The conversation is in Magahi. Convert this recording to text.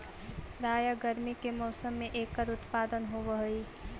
प्रायः गर्मी के मौसम में एकर उत्पादन होवअ हई